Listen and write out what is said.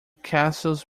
castles